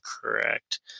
correct